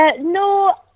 No